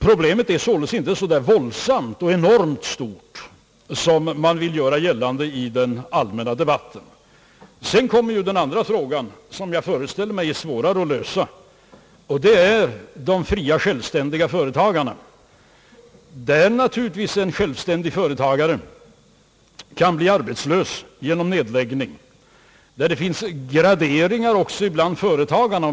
Problemet är således inte så enormt stort som man vill göra gällande i den allmänna debatten. Den andra frågan, som jag föreställer mig är svårare att lösa, gäller de fria, självständiga företagarna. En självständig företagare kan naturligtvis bli arbetslös genom nedläggning, och det finns graderingar också bland företagarna.